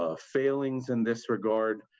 ah failings, in this regard.